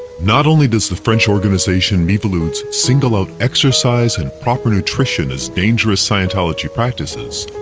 not only does the french organization miviludes single out exercise and proper nutrition as dangerous scientology practices,